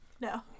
No